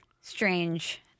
strange